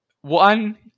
One